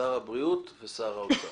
שר הבריאות ושר האוצר.